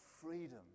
freedom